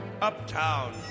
Uptown